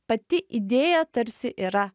pati idėja tarsi yra